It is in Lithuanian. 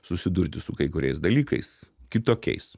susidurti su kai kuriais dalykais kitokiais